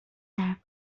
کار